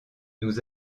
nous